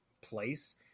place